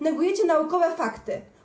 Negujecie naukowe fakty.